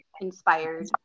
inspired